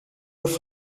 offre